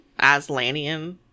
Aslanian